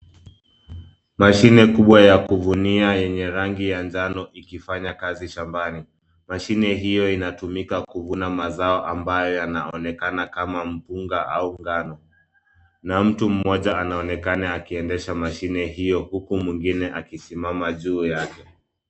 Mashine kubwa ya kuvunia yenye rangi ya njano ikifanya kazi shambani. Mashine hiyo inatumika kuvuna mazao ambayo yanonekana kama mpunga, au ngano, na mtu mmoja anonekana akiendesha mashine hiyo, huku mwingine akisimama juu yake.